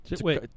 Wait